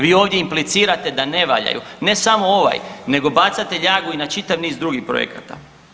Vi ovdje implicirate da ne valjaju, ne samo ovaj, nego bacate ljagu i na čitav niz drugih projekata.